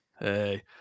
Hey